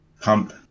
pump